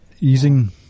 easing